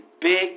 big